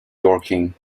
dorking